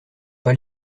pas